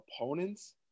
opponents